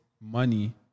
money